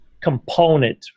component